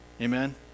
Amen